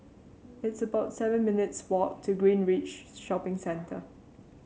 it's about seven minutes' walk to Greenridge Shopping Centre